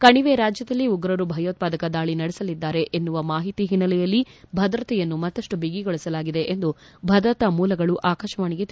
ಕಣಿವೆ ರಾಜ್ನದಲ್ಲಿ ಉಗ್ರರು ಭಯೋತ್ಪಾದಕ ದಾಳಿ ನಡೆಸಲಿದ್ದಾರೆ ಎನ್ಯವ ಮಾಹಿತಿ ಹಿನೈಲೆಯಲ್ಲಿ ಭದ್ರತೆಯನ್ನು ಮತ್ತಷ್ಟು ಬಿಗಿಗೊಳಿಸಲಾಗಿದೆ ಎಂದು ಭದ್ರತಾ ಮೂಲಗಳು ಆಕಾಶವಾಣಿಗೆ ತಿಳಿಸಿವೆ